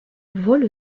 vole